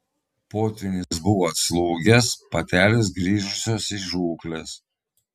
potvynis buvo atslūgęs patelės grįžusios iš žūklės